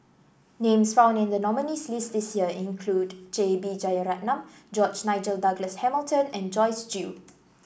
names found in the nominees' list this year include J B Jeyaretnam George Nigel Douglas Hamilton and Joyce Jue